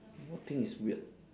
what thing is weird